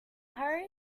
hurry